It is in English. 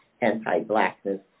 anti-blackness